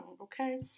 okay